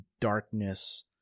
darkness